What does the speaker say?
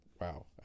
wow